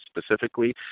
specifically